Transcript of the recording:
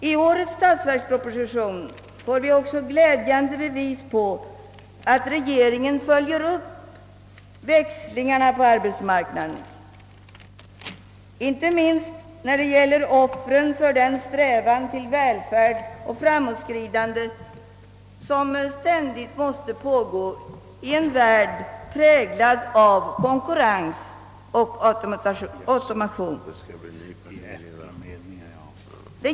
I årets statsverksproposition får vi också glädjande bevis på att regeringen följer upp växlingarna på arbetsmarknaden, inte minst när det gäller offren för den strävan efter välfärd och framåtskridande som ständigt måste pågå i en värld präglad av konkurrens och automation.